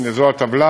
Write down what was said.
הנה, זו הטבלה,